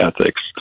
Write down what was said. ethics